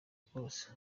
kose